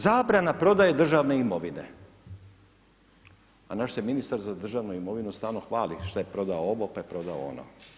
Zabrana prodaje državne imovine, a naš se ministar za državnu imovinu stalno hvali što je prodao ovo, pa je prodao ono.